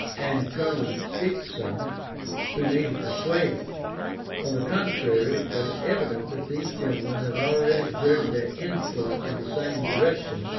and colonel dickson who needed persuading on the contrary, it was evident that these gentlemen had already exerted their influence in the same direction,